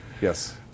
Yes